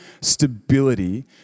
stability